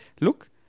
look